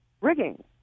rigging